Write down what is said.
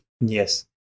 yes